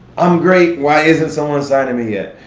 i'm great, why isn't someone signing me yet?